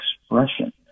expression